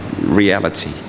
reality